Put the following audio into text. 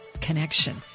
connection